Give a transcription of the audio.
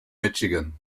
michigan